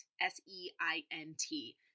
S-E-I-N-T